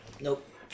Nope